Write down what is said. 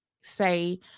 say